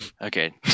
Okay